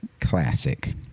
classic